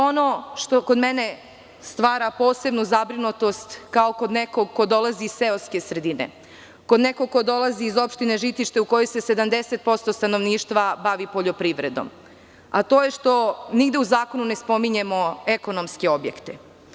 Ono što kod mene stvara posebnu zabrinutost, kao kod nekog ko dolazi iz seoske sredine, kao kod nekog ko dolazi iz opštine Žitište, u kojoj se 70% stanovništva bavi poljoprivredom, to je što nigde u zakonu ne spominjemo ekonomske objekte.